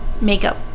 makeup